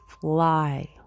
fly